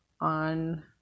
on